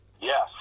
yes